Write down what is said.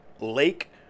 Lake